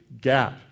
gap